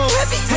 heavy